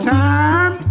time